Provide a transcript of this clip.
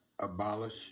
abolish